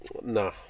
Nah